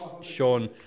Sean